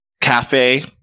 Cafe